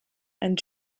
and